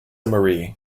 marie